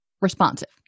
responsive